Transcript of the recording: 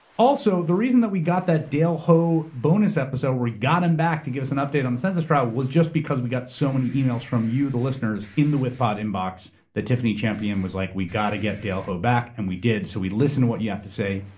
also, the reason that we got that dale ho bonus episode, where we got him back to give us an update on the census trial was just because we got so many emails from you, the listeners in the withpod inbox, that tiffany champion was like, we gotta get dale ho back, and we did. so we listen to what you have to say,